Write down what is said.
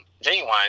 Genuine